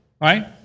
right